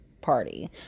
Party